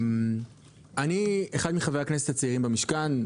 אני אחד מחברי הכנסת הצעירים במשכן,